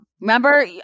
Remember